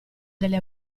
delle